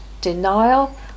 denial